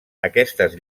aquestes